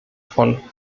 von